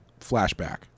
flashback